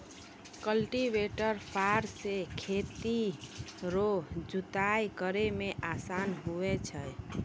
cultivator फार से खेत रो जुताइ करै मे आसान हुवै छै